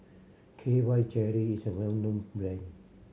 K Y Jelly is a well known brand